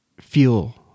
fuel